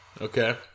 Okay